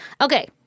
Okay